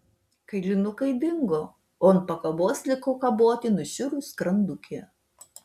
kailinukai dingo o ant pakabos liko kaboti nušiurus skrandukė